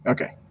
Okay